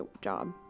job